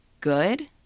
Good